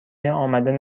امدن